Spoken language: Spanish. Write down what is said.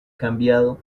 cambiado